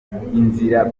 inzira